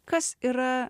kas yra